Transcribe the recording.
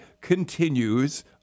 continues